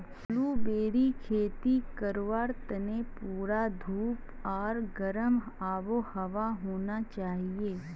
ब्लूबेरीर खेती करवार तने पूरा धूप आर गर्म आबोहवा होना चाहिए